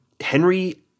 Henry